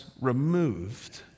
removed